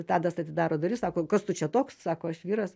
tadas atidaro duris sako kas tu čia toks sako aš vyras